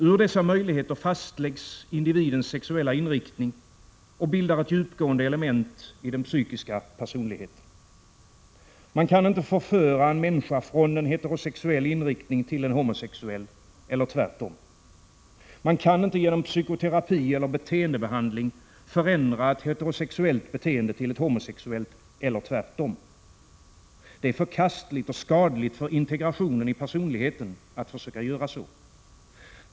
Ur dessa möjligheter fastläggs individens sexuella inriktning och bildar ett djupgående element i den psykiska personligheten. Man kan inte förföra en människa från en heterosexuell inriktning till en homosexuell eller tvärtom. Man kan inte genom psykoterapi eller beteendebehandling förändra ett heterosexuellt beteende till ett homosexuellt eller tvärtom. Det är förkastligt och skadligt för integrationen i personligheten att försöka göra så.